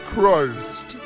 Christ